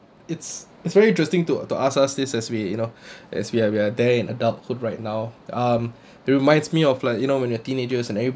it's it's very interesting to to ask us this as we you know as we are we are there in the adulthood right now um it reminds me of like you know when you were teenagers and everybody